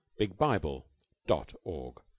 BigBible.org